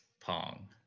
pong